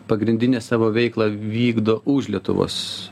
pagrindinę savo veiklą vykdo už lietuvos